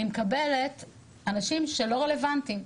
אני מקבל אנשים שהם לא רלוונטיים.